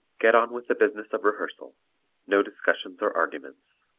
get on with the business of rehearsal no discussions or arguments.